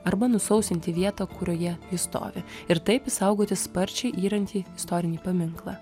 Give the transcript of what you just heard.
arba nusausinti vietą kurioje jis stovi ir taip išsaugoti sparčiai yrantį istorinį paminklą